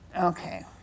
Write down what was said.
okay